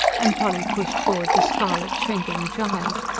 and polly pushed forward the scarlet, shrinking child.